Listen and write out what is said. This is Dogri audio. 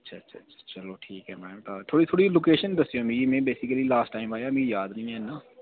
थोह्ड़ी लोकेशन दस्सेओ मिगी ते में लॉस्ट टाईम आया हा मिगी याद निं ऐ इन्ना